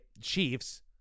Chiefs